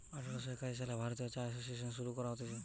আঠার শ একাশি সালে ভারতীয় চা এসোসিয়েসন শুরু করা হতিছে